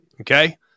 Okay